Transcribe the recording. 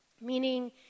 Meaning